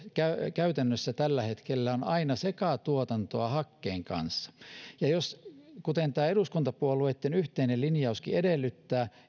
käytännössä tällä hetkellä on aina sekatuotantoa hakkeen kanssa ja jos eussa nimenomaan päästökauppaa tiukennetaan kuten tämä eduskuntapuolueitten yhteinen linjauskin edellyttää